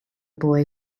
boy